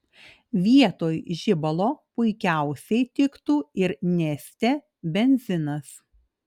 vietoj žibalo puikiausiai tiktų ir neste benzinas